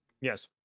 Yes